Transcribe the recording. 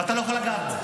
ואתה לא יכול לגעת בו.